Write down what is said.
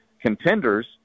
contenders